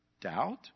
doubt